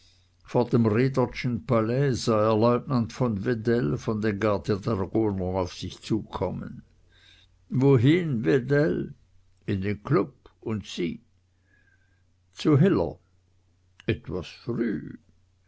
vor dem redernschen palais sah er leutnant von wedell von den gardedragonern auf sich zukommen wohin wedell in den club und sie zu hiller etwas früh